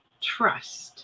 trust